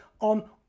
on